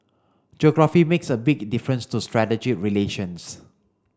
geography makes a big difference to strategic relations